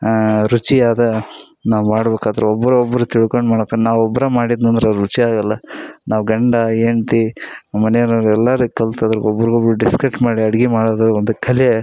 ರುಚಿಯಾದ ನಾವು ಮಾಡ್ಬೇಕಾದ್ರ ಒಬ್ಬರು ಒಬ್ಬರು ತಿಳ್ಕಂಡು ಮಾಡ್ಬೇಕ್ ನಾವು ಒಬ್ರೇ ಮಾಡಿದ್ನಂದ್ರೆ ರುಚಿ ಆಗೋಲ್ಲ ನಾವು ಗಂಡ ಹೆಂಡ್ತಿ ಮನ್ಯೋರೋರ್ ಎಲ್ಲರೂ ಕಲ್ತು ಅದ್ರಾಗೆ ಒಬ್ರಿಗೊಬ್ರು ದಿಸ್ಕಟ್ ಮಾಡಿ ಅಡ್ಗೆ ಮಾಡೋದು ಒಂದು ಕಲೆ